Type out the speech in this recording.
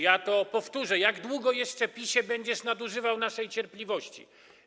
Ja to powtórzę: Jak długo jeszcze, PiS-ie, będziesz nadużywał naszej cierpliwości?